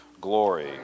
Glory